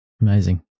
Amazing